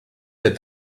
that